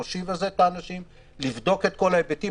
להושיב את האנשים ולבדוק את כל ההיבטים.